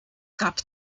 gab